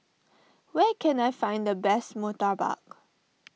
where can I find the best Murtabak